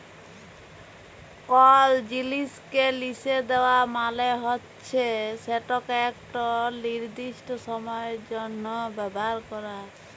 call জিলিসকে লিসে দেওয়া মালে হচ্যে সেটকে একট লিরদিস্ট সময়ের জ্যনহ ব্যাভার ক্যরা